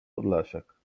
podlasiak